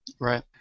Right